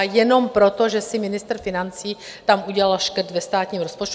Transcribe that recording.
Jenom proto, že si ministr financí tam udělal škrt ve státním rozpočtu?